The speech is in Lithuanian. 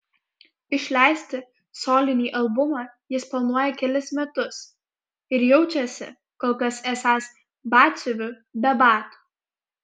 išleisti solinį albumą jis planuoja kelis metus ir jaučiasi kol kas esąs batsiuviu be batų